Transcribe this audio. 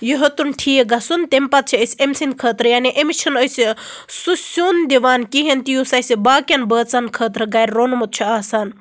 یہِ ہیٚوتُن ٹھیٖک گژھن تمہِ پَتہٕ چھِ أسۍ أمۍ سٕنٛدِ خٲطرٕ یعنی أمِس چھِ نہٕ أسۍ سُہ سیُن دِوان کِہیٖنٛۍ تہِ یُس اَسہِ باقیَن بٲژَن خٲطرٕ گَرٕ روٚنمُت چھُ آسان